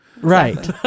Right